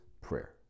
prayer